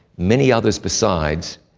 many others besides,